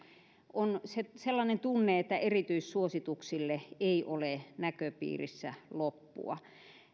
on sellainen tunne että erityissuosituksille ei ole näköpiirissä loppua